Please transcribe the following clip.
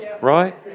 right